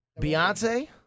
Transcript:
Beyonce